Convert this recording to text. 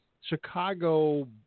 Chicago